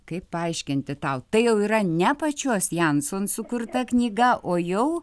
kaip paaiškinti tau tai jau yra ne pačios janson sukurta knyga o jau